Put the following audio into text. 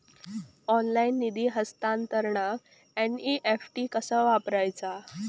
Online निधी हस्तांतरणाक NEFT कसा वापरायचा?